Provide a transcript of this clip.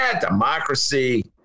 democracy